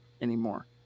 anymore